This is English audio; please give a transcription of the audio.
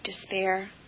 despair